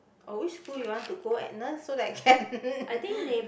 oh which school you want to go Agnes so that I can